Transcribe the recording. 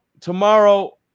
tomorrow